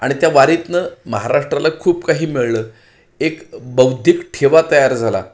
आणि त्या वारीतनं महाराष्ट्राला खूप काही मिळलं एक बौद्धिक ठेवा तयार झाला